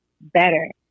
better